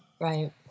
Right